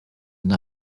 une